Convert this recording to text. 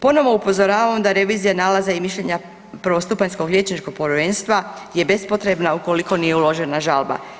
Ponovo upozoravamo da revizija nalaza i mišljenja prvostupanjskog liječničkog povjerenstva je bespotrebna ukoliko nije uložena žalba.